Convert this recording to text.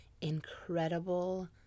incredible